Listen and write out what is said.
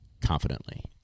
confidently